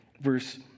verse